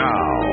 Now